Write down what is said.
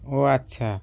ও আচ্ছা